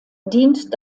dient